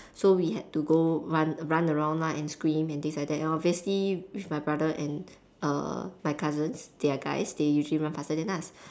so we had to go run run around lah and scream and things like that lor obviously with my brother and err my cousins they are guys they usually run faster than us